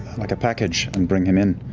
like a package and bring him in.